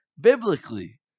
Biblically